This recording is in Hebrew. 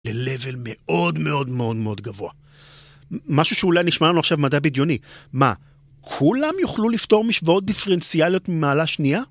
ל-level מאוד מאוד מאוד מאוד גבוה. משהו שאולי נשמע לנו עכשיו מדע בדיוני. מה, כולם יוכלו לפתור משוואות דיפרנציאליות ממעלה שנייה?